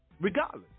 Regardless